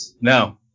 No